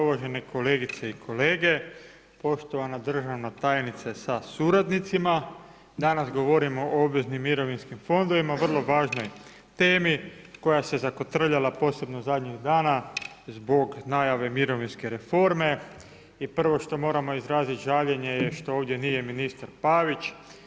Uvažene kolegice i kolege, poštovana državna tajnice sa suradnicima, danas govorimo o obveznim mirovinskim fondovima, vrlo važnoj temi koja se zakotrljala posebno zadnjih dana zbog najave mirovinske reforme i prvo što moramo izraziti žaljenje je što ovdje nije ministar Pavić.